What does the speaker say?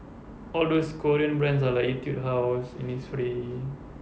all those korean brands ah like etude house innisfree